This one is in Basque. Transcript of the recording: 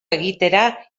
egitera